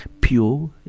pure